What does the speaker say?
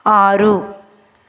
ఆరు